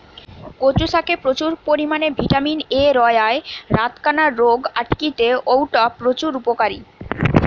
কচু শাকে প্রচুর পরিমাণে ভিটামিন এ রয়ায় রাতকানা রোগ আটকিতে অউটা প্রচুর উপকারী